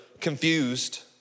Confused